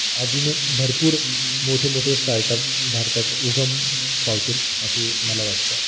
अजून भरपूर मोठे मोठे स्टार्टअप भारतात उगम पावतील असे मला वाटतं